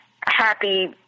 happy